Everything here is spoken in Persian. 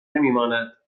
نمیماند